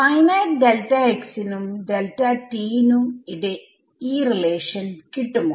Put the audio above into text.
finite നും നും ഈ റിലേഷൻ കിട്ടുമോ